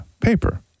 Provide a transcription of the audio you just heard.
paper